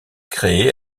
créés